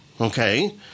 okay